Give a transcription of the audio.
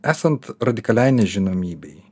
esant radikaliai nežinomybei